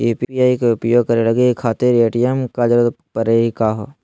UPI के उपयोग करे खातीर ए.टी.एम के जरुरत परेही का हो?